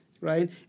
right